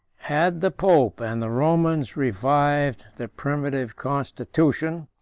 had the pope and the romans revived the primitive constitution,